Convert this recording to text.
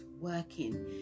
working